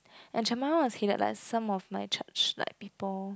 and Chiang-Mai one was headed by some of my church like people